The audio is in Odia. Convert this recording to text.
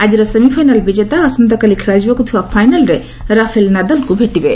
ଆଜିର ସେମିଫାଇନାଲ୍ ବିଜେତା ଆସନ୍ତାକାଲି ଖେଳାଯିବାକ୍ ଥିବା ଫାଇନାଲ୍ରେ ରାଫେଲ୍ ନାଦାଲ୍ଙ୍କୁ ଭେଟିବେ